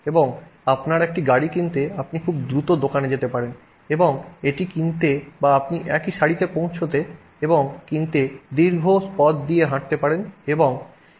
এবং আপনার একটি গাড়ি কিনতে আপনি খুব দ্রুত দোকানে যেতে পারেন এবং এটি কিনতে বা আপনি একই সারিতে পৌঁছতে এবং কিনতে দীর্ঘ পথ নিয়ে হাঁটতে পারেন এবং একটি জটিল রাস্তা ব্যবহার করতে পারেন